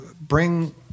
bring